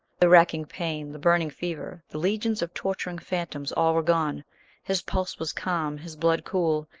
the racking pain, the burning fever, the legions of torturing phantoms, all were gone his pulse was calm, his blood cool,